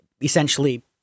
essentially